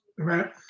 Right